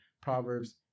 Proverbs